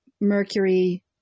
Mercury